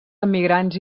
emigrants